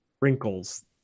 Wrinkles